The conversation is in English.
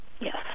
Yes